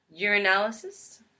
Urinalysis